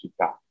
Kita